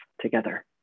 together